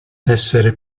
essere